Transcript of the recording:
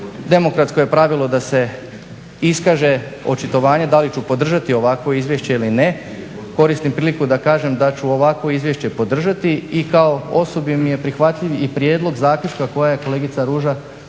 demokratsko je pravilo da se iskaže očitovanje da li ću podržati ovakvo izvješće ili ne. Koristim priliku da kažem da ću ovakvo izvješće podržati i kao osobi mi je prihvatljiv i prijedlog zaključka koje je kolegica Ruža